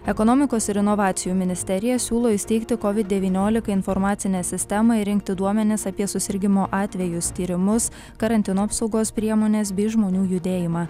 ekonomikos ir inovacijų ministerija siūlo įsteigti covid devyniolika informacinę sistemą ir rinkti duomenis apie susirgimo atvejus tyrimus karantino apsaugos priemones bei žmonių judėjimą